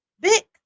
Big